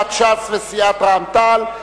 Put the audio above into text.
סיעת ש"ס וסיעת רע"ם-תע"ל.